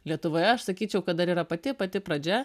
lietuvoje aš sakyčiau kad dar yra pati pati pradžia